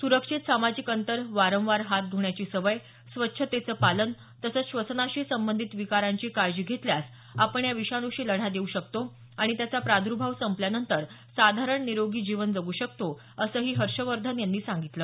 स्रक्षित सामाजिक अंतर वारंवार हात ध्ण्याची सवय स्वच्छतेचं पालन तसंच श्वसनाशी संबधित विकारांची काळजी घेतल्यास आपण या विषाणूशी लढा देऊ शकतो आणि त्याचा प्रादर्भाव संपल्यानंतर साधारण निरोगी जीवन जगू शकतो असंही हर्षवर्धन यांनी सांगितलं